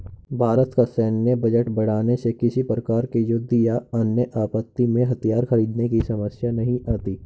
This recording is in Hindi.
भारत का सैन्य बजट बढ़ाने से किसी प्रकार के युद्ध या अन्य आपत्ति में हथियार खरीदने की समस्या नहीं आती